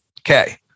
Okay